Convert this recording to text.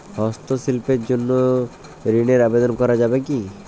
হস্তশিল্পের জন্য ঋনের আবেদন করা যাবে কি?